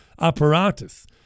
apparatus